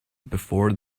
before